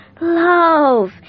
love